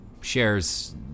shares